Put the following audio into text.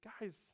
guys